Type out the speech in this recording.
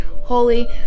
holy